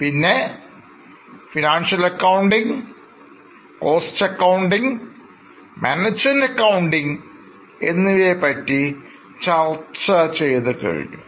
പിന്നെ financial accounting cost accounting management accounting തുടങ്ങിയവയെപ്പറ്റി ചർച്ച ചെയ്തു കഴിഞ്ഞു